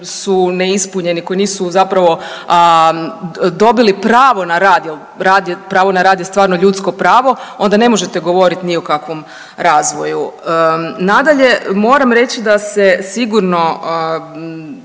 su neispunjeni, koji nisu zapravo dobili pravo na rad jel rad je, pravo na rad je stvarno ljudsko pravo onda ne možete govorit ni o kakvom razvoju. Nadalje, moram reći da se sigurno